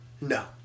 No